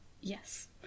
Yes